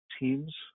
teams